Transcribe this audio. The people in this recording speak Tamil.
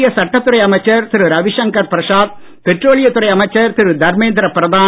மத்திய சட்டத்துறை அமைச்சர் திரு ரவிசங்கர் பிரசாத் பெட்ரோலியத் துறை அமைச்சர் திரு தர்மேந்திர பிரதான்